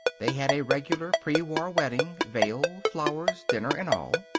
they had a regular prewar wedding veil, flowers, dinner, and all.